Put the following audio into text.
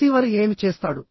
receiver ఏమి చేస్తాడు